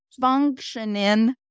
functioning